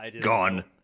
Gone